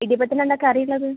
ഇടിയപ്പത്തിനെന്താണ് കറിയുള്ളത്